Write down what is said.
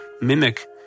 mimic